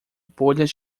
bolhas